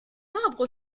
arbre